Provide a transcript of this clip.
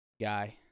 guy